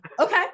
Okay